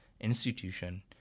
institution